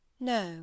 No